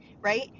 right